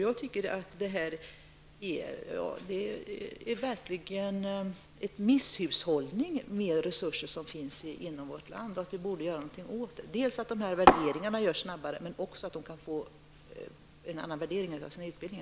Jag tycker att detta verkligen är en misshushållning med resurser inom vårt land och att vi borde göra någonting åt detta. Dels bör värderingarna göras snabbare, dels bör utbildningarna ges en annan värdering.